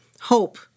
hope